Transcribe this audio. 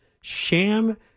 sham